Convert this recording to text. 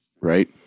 right